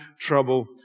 trouble